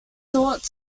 thought